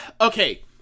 Okay